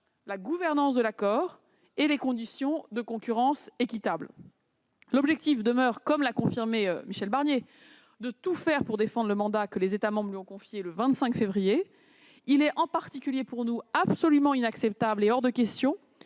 la gouvernance de l'accord et les conditions de concurrence équitable. L'objectif demeure, Michel Barnier l'a confirmé, de tout faire pour défendre le mandat que les États membres lui ont confié le 25 février. Il est, selon nous, absolument inacceptable et hors de question